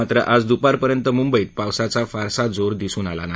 मात्र आज दुपारपर्यंत मुंबईत पावसाचा फारसा जोर दिसून आला नाही